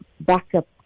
backup